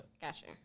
Gotcha